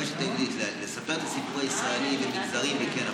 המורשת היהודית ולספר את הסיפור הישראלי למגזרים זה כן,